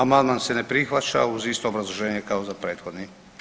Amandman se ne prihvaća uz isto obrazloženje kao za prethodni.